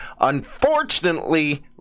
Unfortunately